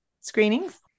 screenings